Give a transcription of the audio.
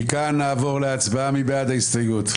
נצביע על הסתייגות 246. מי בעד?